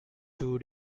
two